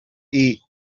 eat